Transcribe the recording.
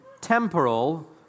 temporal